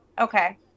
Okay